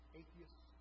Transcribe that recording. atheists